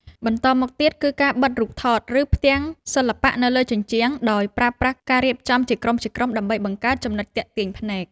បន្តមកទៀត គឺការបិទរូបថត ឬផ្ទាំងសិល្បៈនៅលើជញ្ជាំង ដោយប្រើប្រាស់ការរៀបចំជាក្រុមៗដើម្បីបង្កើតចំណុចទាក់ទាញភ្នែក។